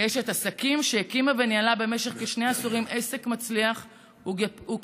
כאשת עסקים שהקימה וניהלה במשך כשני עשורים עסק מצליח וכפוליטיקאית.